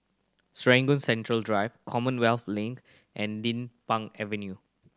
Serangoon Central Drive Commonwealth Link and Din Pang Avenue